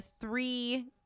three